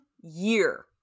year